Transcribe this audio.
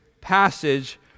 passage